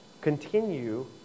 continue